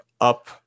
up